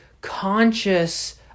conscious